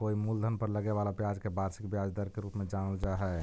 कोई मूलधन पर लगे वाला ब्याज के वार्षिक ब्याज दर के रूप में जानल जा हई